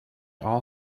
all